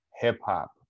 hip-hop